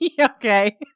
Okay